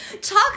Talk